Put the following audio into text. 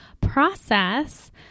process